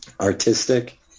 artistic